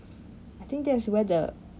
I think that is where the